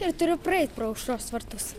ir turiu praeit pro aušros vartus